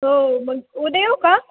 हो मग उद्या येऊ का